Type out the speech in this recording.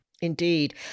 Indeed